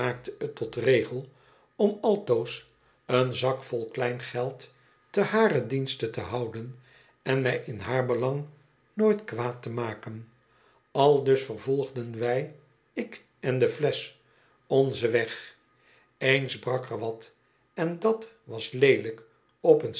tot regel om altoos een zakvol kleingeld te haren dienste te houden en mij in haar belang nooit kwaad temaken aldus vervolgden wij ik en de flesch onzen weg eens brak er wat en dat was leelijk op een